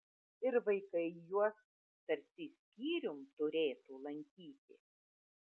ir vaikai juos tarsi skyrium turėtų lankyti